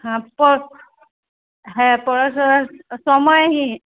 হ্যাঁ পড় হ্যাঁ পড়াশোনার সময় নেই